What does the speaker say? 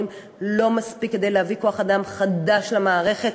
לא מספיקים כדי להביא כוח אדם חדש למערכת.